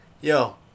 Yo